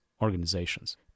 organizations